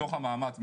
מתוך המאמץ,